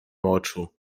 moczu